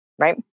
right